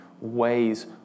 ways